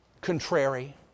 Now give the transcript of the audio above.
contrary